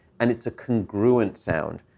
and it's a congruent sound,